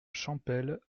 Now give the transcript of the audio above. champel